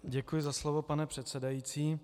Děkuji za slovo, pane předsedající.